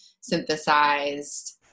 synthesized